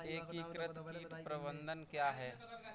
एकीकृत कीट प्रबंधन क्या है?